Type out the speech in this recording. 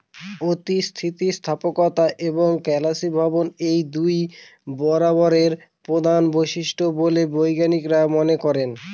অতি স্থিতিস্থাপকতা এবং কেলাসীভবন এই দুইই রবারের প্রধান বৈশিষ্ট্য বলে বিজ্ঞানীরা মনে করেন